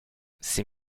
ces